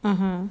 mmhmm